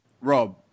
Rob